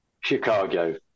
Chicago